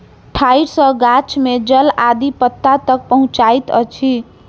ठाइड़ सॅ गाछ में जल आदि पत्ता तक पहुँचैत अछि